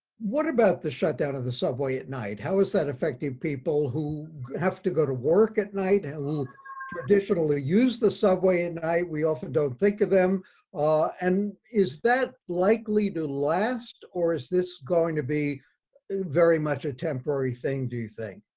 what about the shutdown of the subway at night? how is that affecting people who have to go to work at night? who traditionally use the subway at night? we often don't think of them ah and is that likely to last or is this going to be very much a temporary thing do you think?